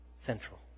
central